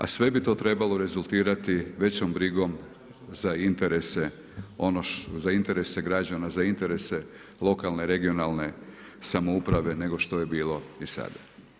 A sve bi to trebalo rezultirati većom brigom za interese građana, za interese lokalne, regionalne samouprave nego što je bilo i sada.